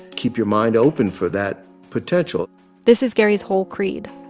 keep your mind open for that potential this is gary's whole creed.